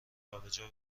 جابجا